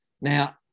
Now